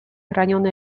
raniony